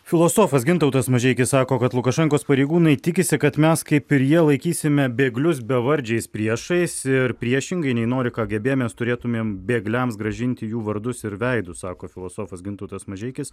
filosofas gintautas mažeikis sako kad lukašenkos pareigūnai tikisi kad mes kaip ir jie laikysime bėglius bevardžiais priešais ir priešingai nei nori kgb mes turėtumėm bėgliams grąžinti jų vardus ir veidus sako filosofas gintautas mažeikis